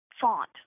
font